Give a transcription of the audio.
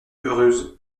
heureuse